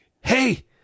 Hey